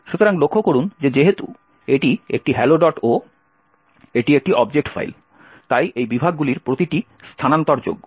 সুতরাং লক্ষ্য করুন যে যেহেতু এটি একটি helloo এটি একটি অবজেক্ট ফাইল তাই এই বিভাগগুলির প্রতিটি স্থানান্তরযোগ্য